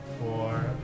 four